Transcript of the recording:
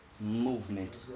movement